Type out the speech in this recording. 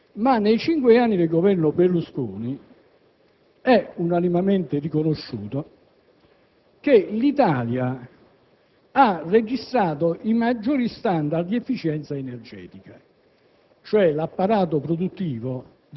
Non solo: nei cinque anni di Governo Berlusconi è unanimemente riconosciuto che l'Italia ha registrato i maggiori *standard* di efficienza energetica,